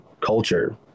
culture